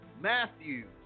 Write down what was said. matthew